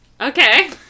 Okay